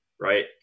right